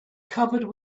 covered